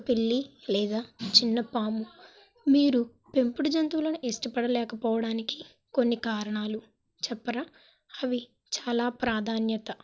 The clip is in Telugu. పిల్లి లేదా చిన్న పాము మీరు పెంపుడు జంతువులను ఇష్టపడలేక పోవడానికి కొన్ని కారణలు చెప్పరా అవి చాలా ప్రాధాన్యత